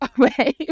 away